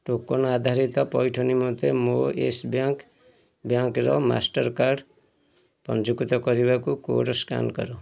token ଆଧାରିତ ପଇଠ ନିମନ୍ତେ ମୋ ୟେସ୍ ବ୍ୟାଙ୍କ୍ ବ୍ୟାଙ୍କ୍ର ମାଷ୍ଟର୍ କାର୍ଡ଼୍ କାର୍ଡ଼୍ ପଞ୍ଜୀକୃତ କରିବାକୁ କ୍ୟୁ ଆର୍ କାର୍ଡ଼୍ ସ୍କାନ୍ କର